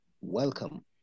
Welcome